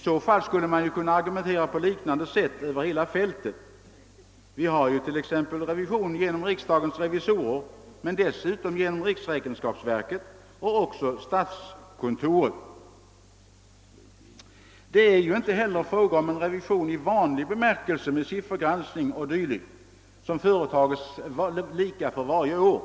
Eljest skulle man ju kunna argumentera på liknande sätt över hela fältet — det sker nu revision genom riksdagens revisorer men dessutom genom riksrevisionsverket och statskontoret. Det är heller inte fråga om en revision i vanlig bemärkelse med siffergranskning o.d. som företas på samma sätt varje år.